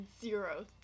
zero